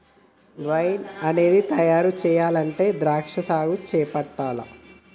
wine అనేది తయారు చెయ్యాలంటే ద్రాక్షా సాగు చేపట్టాల్ల